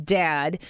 dad